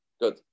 Good